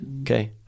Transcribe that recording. okay